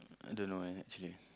I don't know eh actually